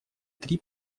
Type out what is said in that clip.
три